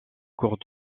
cours